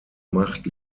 macht